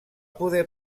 poder